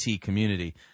community